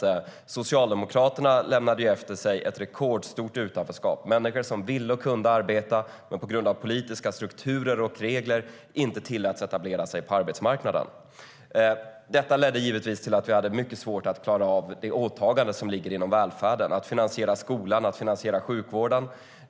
Socialdemokraterna lämnade efter sig ett rekordstort utanförskap. Människor ville och kunde arbeta, men på grund av politiska strukturer och regler tilläts de inte att etablera sig på arbetsmarknaden. Det ledde givetvis till att vi hade mycket svårt att klara av de åtaganden som ligger inom välfärden, att finansiera skolan och att finansiera sjukvården.